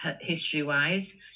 history-wise